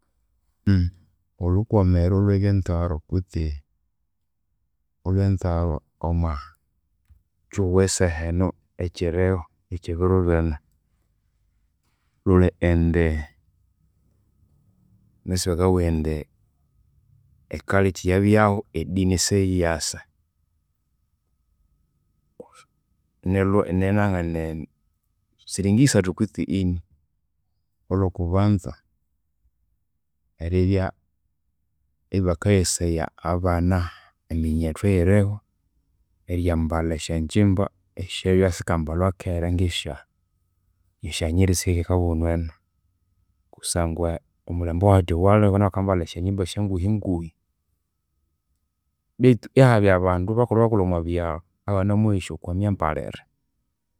Olhukwamirwa olhwebyenzarwa kutse olhwenzarwa omwakyihugho esaha enu, ekyirihu ekyebiro binu. Lhuli indi, ghunasi bakabugha indi e culture yabyahu edini esiyiriyasa. Ninanga neni siri ngisathu kwitsi ini. Olhokubanza eribya ibakaghesaya abana, eminyethu eyiriho, eryambalha esyanjimba esyabya sikambalhwa kera ngesya nyiri esikahika ekabunu enu kusangwa omulembe owahathya owalihu abana bakambalha esyanjimba esyanguhinguhi betu ihabya abandu bakulhubakulhu omwabyalu abanamyeghesya okwamyambalire.